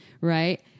right